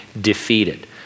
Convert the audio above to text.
defeated